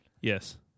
Yes